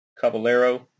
Caballero